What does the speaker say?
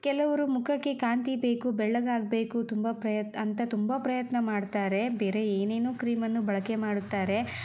ಕೆಲವರು ಮುಖಕ್ಕೆ ಕಾಂತಿ ಬೇಕು ಬೆಳ್ಳಗೆ ಆಗಬೇಕು ತುಂಬ ಪ್ರಯತ್ನ ಅಂತ ತುಂಬ ಪ್ರಯತ್ನ ಮಾಡ್ತಾರೆ ಬೇರೆ ಏನೇನೋ ಕ್ರೀಮನ್ನು ಬಳಕೆ ಮಾಡುತ್ತಾರೆ